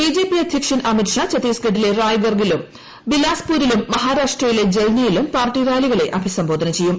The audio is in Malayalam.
ബി ജെ പി അധ്യക്ഷൻ അമിത്ഷാ ഛത്തിസ്ഗഡിലെ റായ്ഗർഗിലും ബിലാസ്പുരിലും മഹാരാഷ്ട്രയിലെ ജല്നയിലും പാർട്ടി റാലികളെ അഭിസംബോധന ചെയ്യും